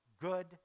good